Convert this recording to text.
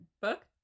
Book